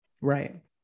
Right